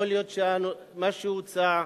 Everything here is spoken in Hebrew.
יכול להיות שמה שהוצע,